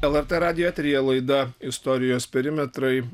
lrt radijo eteryje laida istorijos perimetrai